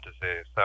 disease